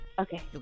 Okay